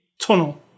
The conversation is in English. tunnel